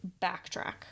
backtrack